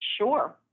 Sure